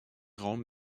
raum